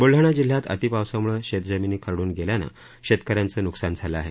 ब्लढाणा जिल्ह्यात अतिपावसाम्ळे शेतजमीनी खरडून गेल्यानं शेतकऱ्यांचं न्कसान झालं आहे